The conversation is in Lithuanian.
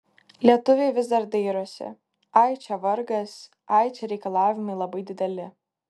lietuviai vis dar dairosi ai čia vargas ai čia reikalavimai labai dideli